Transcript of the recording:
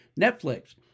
Netflix